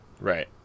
Right